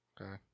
Okay